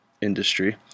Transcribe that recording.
industry